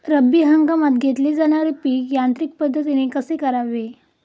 रब्बी हंगामात घेतले जाणारे पीक यांत्रिक पद्धतीने कसे करावे?